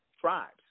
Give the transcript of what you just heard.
Tribes